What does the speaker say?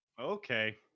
Okay